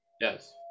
yes